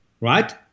right